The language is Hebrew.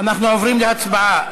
אנחנו עוברים להצבעה.